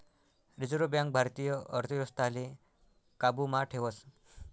reserve bank भारतीय अर्थव्यवस्थाले काबू मा ठेवस